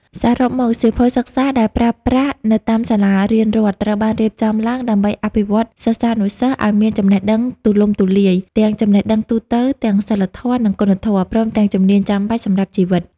សរុបមក សៀវភៅសិក្សាដែលប្រើប្រាស់នៅតាមសាលារៀនរដ្ឋ ត្រូវបានរៀបចំឡើងដើម្បីអភិវឌ្ឍសិស្សានុសិស្សឱ្យមានចំណេះដឹងទូលំទូលាយ ទាំងចំណេះដឹងទូទៅ ទាំងសីលធម៌ និងគុណធម៌ ព្រមទាំងជំនាញចាំបាច់សម្រាប់ជីវិត ។